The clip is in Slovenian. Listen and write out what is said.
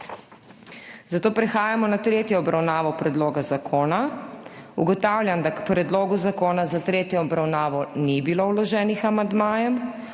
zato prehajamo na **tretjo obravnavo** predloga zakona. Ugotavljam, da k predlogu zakona za tretjo obravnavo ni bilo vloženih amandmajev.